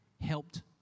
helped